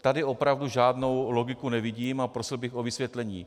Tady opravdu žádnou logiku nevidím a prosil bych o vysvětlení.